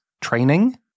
training